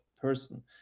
person